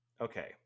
okay